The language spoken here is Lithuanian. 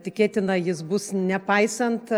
tikėtina jis bus nepaisant